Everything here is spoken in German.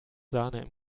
sahne